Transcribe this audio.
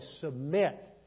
submit